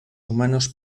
humanos